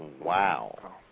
Wow